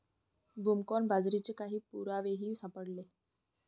broomcorn बाजरीचे काही पुरावेही सापडले